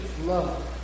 love